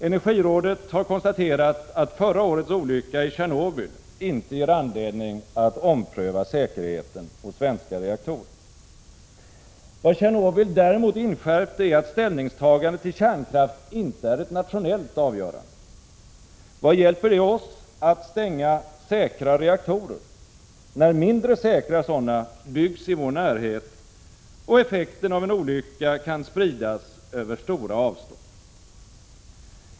Energirådet har konstaterat att förra årets olycka i Tjernobylinte ger anledning att ompröva säkerheten hos svenska reaktorer. Vad Tjernobyl däremot inskärpte är att ställningstagandet till kärnkraft inte är ett nationellt avgörande. Vad hjälper det oss att stänga säkra reaktorer, när mindre säkra sådana byggs i vår närhet och effekten av en olycka kan spridas över stora avstånd?